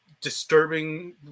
disturbing